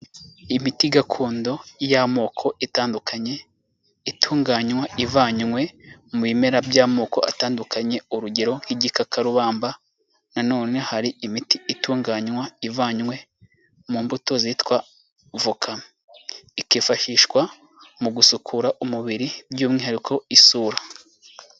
Imiti gakondo y'amoko itandukanye itunganywa ivanywe mu bimera by'amoko atandukanye urugero nk'igikakarubamba, nanone hari imiti itunganywa ivanywe mu mbuto zitwa voka, ikifashishwa mu gusukura umubiri by'umwihariko isura.